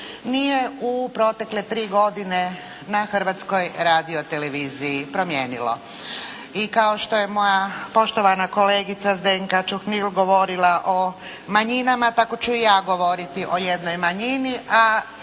nije u protekle tri godine na Hrvatskoj radio televiziji promijenilo. I kao što je moja poštovana kolegica Zdenka Čuhnil govorila o manjinama tako ću i ja govoriti o jednoj manjini,